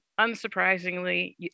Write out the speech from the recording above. unsurprisingly